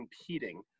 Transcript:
competing